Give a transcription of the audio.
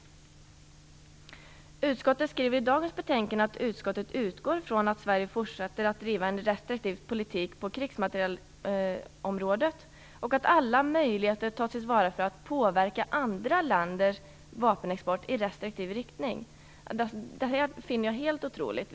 Utrikesutskottet skriver i dagens betänkande att utskottet utgår ifrån att Sverige fortsätter att driva en restriktiv politik på krigsmaterielområdet och att alla möjligheter tas till vara för att påverka andra länders vapenexport i restriktiv riktning. Detta är ju helt otroligt!